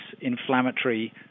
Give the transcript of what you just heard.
inflammatory